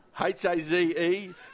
H-A-Z-E